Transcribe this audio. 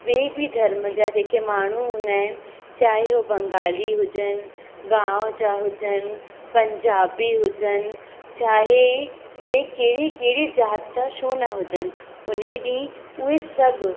ॿिए बि धर्म जा जेके माण्हू हूंदा आहिनि चाहे हो बंगाली हुजनि गांव जा हुजनि पंजाबी हुजनि चाहे ॿिए कहिड़ी कहिड़ी ज़ाति जा छो न हुजनि उन ॾींहुं उहे सभु